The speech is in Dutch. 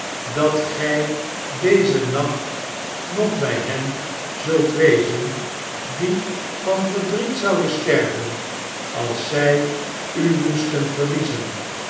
dat gij dezen nacht nog bij hen zult wezen die van verdriet zouden sterven als zij u moesten verliezen